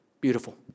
beautiful